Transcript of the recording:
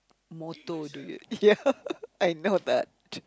motto dude ya I know that